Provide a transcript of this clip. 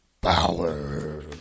Power